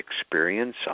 experience